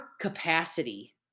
capacity